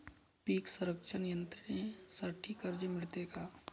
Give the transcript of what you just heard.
पीक संरक्षण यंत्रणेसाठी कर्ज मिळते का?